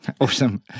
awesome